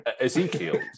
Ezekiel